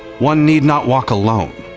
one need not walk alone.